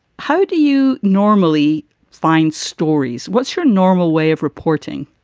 how do you normally find stories? what's your normal way of reporting?